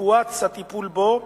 הואץ הטיפול בו,